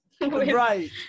Right